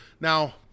Now –